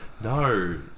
No